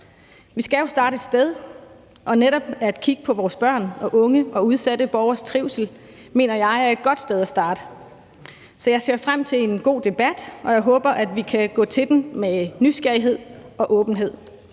Vi skal jo starte et sted, og netop at kigge på vores børn og unge og udsatte borgeres trivsel mener jeg er et godt sted at starte. Så jeg ser frem til en god debat, og jeg håber, at vi kan gå til den med nysgerrighed og åbenhed.